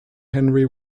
henry